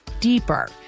deeper